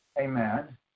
amen